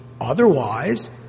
Otherwise